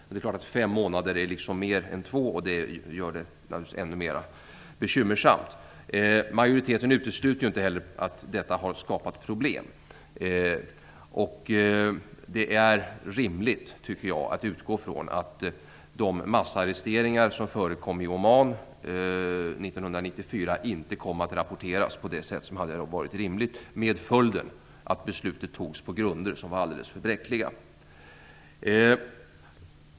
Det är klart att fem månader är mer är två, och det gör det naturligtvis ännu mer bekymmersamt. Majoriteten utesluter inte heller att detta har skapat problem. Det är rimligt att utgå från att det faktum att de massarresteringar som förekom i Oman år 1994 inte kom att rapporteras på det sätt som hade varit rimligt medföljde att beslutet fattades på grunder som var alldeles för bräckliga.